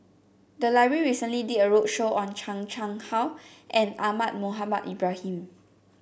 the library recently did a roadshow on Chan Chang How and Ahmad Mohamed Ibrahim